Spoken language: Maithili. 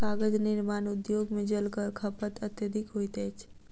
कागज निर्माण उद्योग मे जलक खपत अत्यधिक होइत अछि